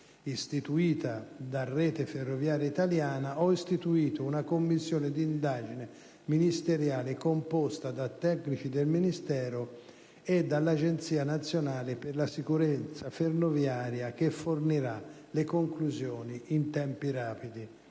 istituita da Rete ferroviaria italiana, ho istituito una commissione d'indagine ministeriale, composta da tecnici del Ministero e dall'Agenzia nazionale per la sicurezza ferroviaria, che fornirà le conclusioni in tempi rapidi: